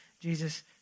Jesus